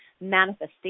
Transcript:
manifestation